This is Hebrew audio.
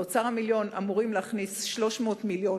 לאוצר המיליון אמורים להכניס 300 מיליון